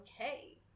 okay